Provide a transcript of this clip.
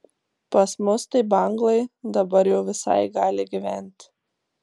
pas mus tai banglai dabar jau visai gali gyvent